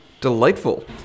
Delightful